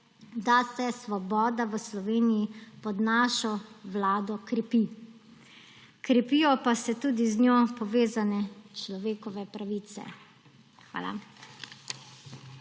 da se svoboda v Sloveniji pod našo vlado krepi, krepijo pa se tudi z njo povezane človekove pravice. Hvala.